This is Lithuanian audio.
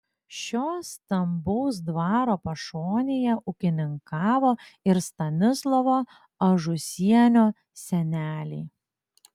šio stambaus dvaro pašonėje ūkininkavo ir stanislovo ažusienio seneliai